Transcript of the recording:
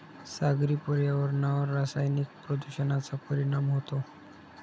सागरी पर्यावरणावर रासायनिक प्रदूषणाचा परिणाम होतो